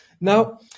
Now